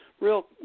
real